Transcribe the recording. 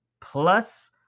plus